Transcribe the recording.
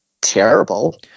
terrible